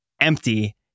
empty